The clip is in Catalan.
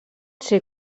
ser